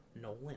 Nolan